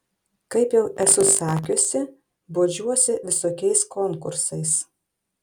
kaip jau esu sakiusi bodžiuosi visokiais konkursais